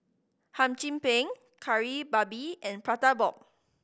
Hum Chim Peng Kari Babi and Prata Bomb